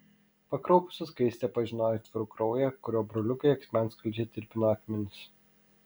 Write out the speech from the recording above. pakraupusi skaistė pažino aitvarų kraują kuriuo broliukai akmenskaldžiai tirpino akmenis